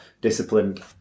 disciplined